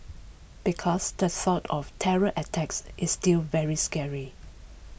because the thought of terror attacks is still very scary